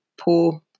poor